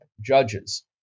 judges